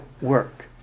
work